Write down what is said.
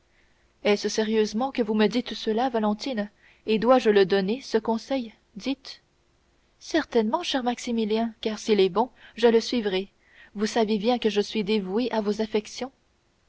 est-ce sérieusement que vous me dites cela valentine et dois-je le donner ce conseil dites certainement cher maximilien car s'il est bon je le suivrai vous savez bien que je suis dévouée à vos affections